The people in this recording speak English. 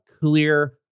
clear